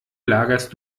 lagerst